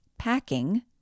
packing